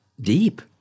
deep